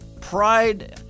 Pride